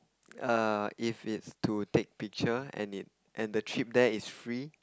err if it's to take picture and it and the trip there is free